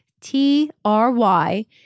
T-R-Y